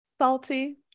salty